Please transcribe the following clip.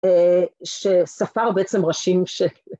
‫שספר בעצם ראשים של...